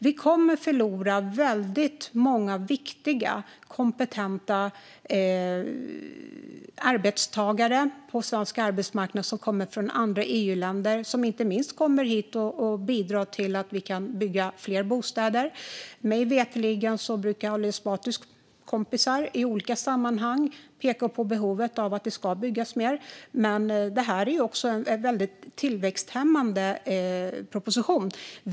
Vi kommer att förlora väldigt många viktiga och kompetenta arbetstagare, som kommer från andra EU-länder, på svensk arbetsmarknad. Dessa arbetstagare kommer inte minst hit och bidrar till att vi kan bygga fler bostäder. Mig veterligen brukar Ali Esbatis kompisar i olika sammanhang peka på behovet av att det byggs mer. Men detta är också en väldigt tillväxthämmande proposition.